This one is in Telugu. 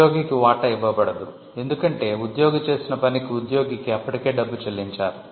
ఉద్యోగికి వాటా ఇవ్వబడదు ఎందుకంటే ఉద్యోగి చేసిన పనికి ఉద్యోగికి అప్పటికే డబ్బు చెల్లించారు